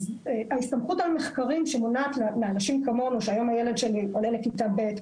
הסמכות המחקרית שמונעת מאנשים כמונו שהיום הילד שלי עולה לכיתה ב'